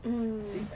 mm